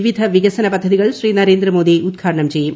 വിവിധ വികസന പദ്ധതികൾ ശ്രീ നരേന്ദ്രമോദി ഉദ്ഘാടനം ചെയ്യും